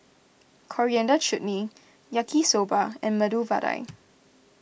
Coriander Chutney Yaki Soba and Medu Vada